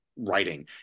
writing